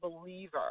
believer